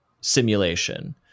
simulation